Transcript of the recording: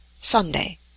Sunday